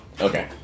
Okay